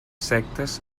sectes